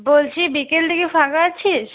বলছি বিকেল দিকে ফাঁকা আছিস